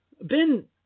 Ben